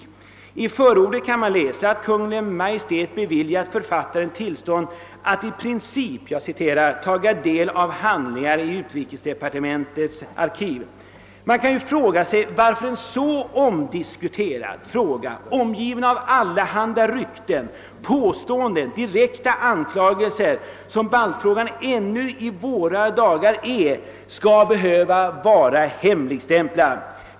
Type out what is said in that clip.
I förordet till avhandlingen kan man läsa att Kungl. Maj:t beviljat författaren tillstånd att »i princip taga del av handlingarna i UD:s arkiv». Man kan fråga sig varför en så omdiskuterad fråga, omgiven av allehanda rykten, påståenden och direkta anklagelser, som baltfrågan ännu i våra dagar är, skall vara hemligstämplad.